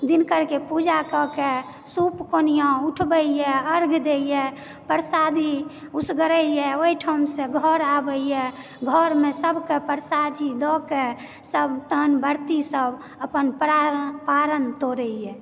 दिनकरके पूजा कएकऽ सूप कोनिआ उठबयए अर्घ्य दयए प्रसादी उसगरैयऽ ओहिठामसँ घर आबयए घरमे सभके प्रसादी दयके सभ तहन वर्ती सभ अपन पारण तोड़यए